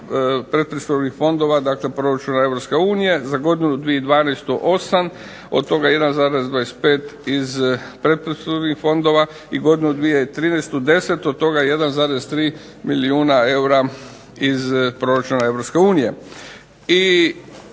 pretpristupnih fondova dakle proračuna Europske unije, za godinu 2012. 8, od toga 1,25 iz pretpristupnih fondova i godinu 2013. 10, od toga 1,3 milijuna eura iz proračuna